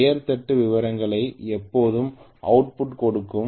பெயர் தட்டு விவரங்கள் எப்போதும் அவுட்புட் ஐ கொடுக்கும்